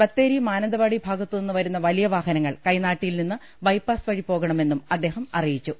ബത്തേരി മാനന്തവാടി ഭാഗത്തുനിന്ന് വരുന്ന വലിയ വാഹനങ്ങൾ കൈനാ ട്ടിയിൽനിന്ന് ബൈപ്പാസ് വഴി പോകണമെന്നും അദ്ദേഹം അറിയിച്ചു